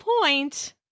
point